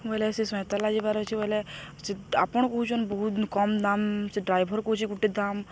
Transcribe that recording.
ବୋଇଲେ ସେ ସଇଁତଲା ଯିବାର ଅଛି ବୋଇଲେ ସେ ଆପଣ କହୁଛନ୍ ବହୁତ କମ୍ ଦାମ ସେ ଡ୍ରାଇଭର କହୁଛି ଗୋଟେ ଦାମ